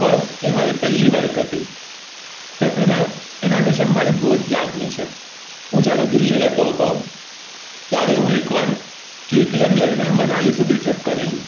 pulse એ મારી પહેલી બાઈક હતી તો એના એના વિશે મારી બહુ જ લાગણી છે હું જ્યારે દિલ્હી રહેતો હતો ત્યારે હું એક વાર કેટીએમ લઈને મનાલી સુધી ટ્રીપ કરેલી